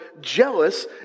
jealous